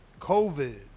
COVID